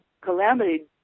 Calamity